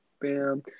Bam